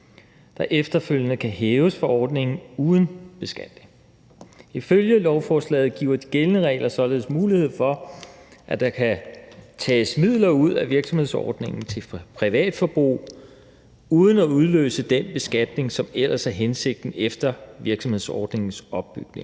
der efterfølgende kan hæves fra ordningen uden beskatning. Ifølge lovforslaget giver de gældende regler således mulighed for, at der kan tages midler ud af virksomhedsordningen til privatforbrug uden at udløse den beskatning, som ellers er hensigten efter virksomhedsordningens opbygning.